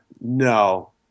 no